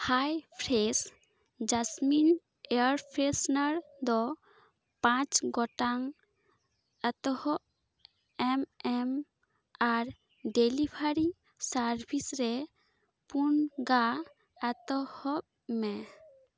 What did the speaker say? ᱦᱟᱭ fresh jasmine air freshener ᱫᱚ ᱯᱟᱸᱪ ᱜᱚᱴᱟᱝ ᱮᱛᱚᱦᱚᱵ ᱮᱢ ᱮᱢ ᱟᱨ ᱰᱮᱞᱮᱵᱷᱟᱨᱤ ᱥᱟᱨᱵᱷᱤᱥ ᱨᱮ ᱯᱩᱱ ᱜᱟ ᱮᱛᱚᱦᱚᱵ ᱢᱮ